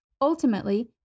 Ultimately